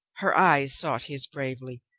her eyes sought his bravely.